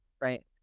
right